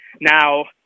now